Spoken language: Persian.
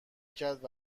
کرد